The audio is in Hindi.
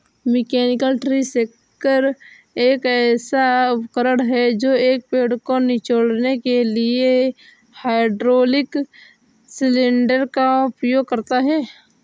मैकेनिकल ट्री शेकर एक ऐसा उपकरण है जो एक पेड़ को निचोड़ने के लिए हाइड्रोलिक सिलेंडर का उपयोग करता है